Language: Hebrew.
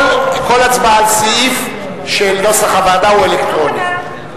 כל הצבעה על סעיף בנוסח הוועדה היא אלקטרונית.